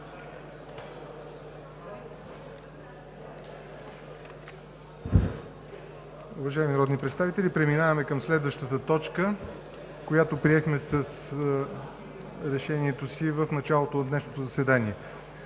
Уважаеми народни представители, преминаваме към следващата точка, която приехме с решението си в началото от днешното заседание: